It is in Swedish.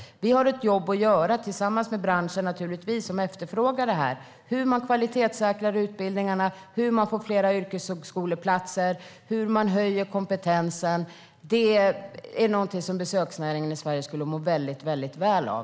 Vi har naturligtvis ett jobb att göra tillsammans med branschen, som efterfrågar en kvalitetssäkring av utbildningarna, fler yrkeshögskoleplatser och en höjning av kompetensen. Det är något som besöksnäringen i Sverige skulle må väldigt väl av.